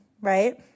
right